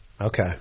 okay